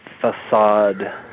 facade